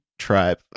tribe